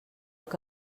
que